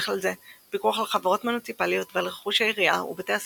ובכלל זה פיקוח על חברות מוניציפליות ועל רכוש העירייה ובתי הספר,